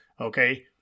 okay